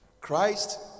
Christ